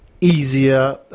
easier